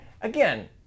again